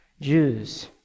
Jews